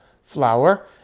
flour